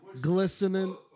glistening